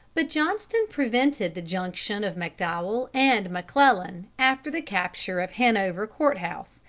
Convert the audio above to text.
but johnston prevented the junction of mcdowell and mcclellan after the capture of hanover court-house,